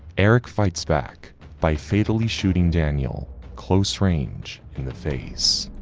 eric fights back by fatally shooting daniel close-range in the face.